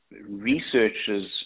researchers